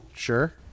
sure